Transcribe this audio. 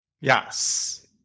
Yes